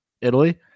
Italy